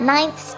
Ninth